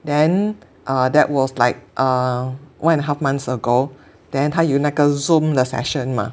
then uh that was like uh one and a half months ago then 他有那个 Zoom 的 session 嘛